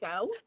go